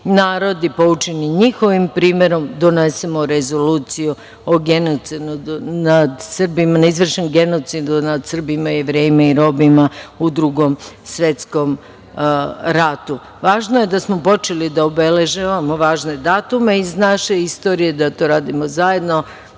narodu, poučeni njihovim primerom donesemo Rezoluciju o genocidu izvršenom nad Srbima, Jevrejima i Romima u Drugom svetskom ratu. Važno je da smo počeli da obeležavamo važne datume iz naše istorije, da to radimo zajedno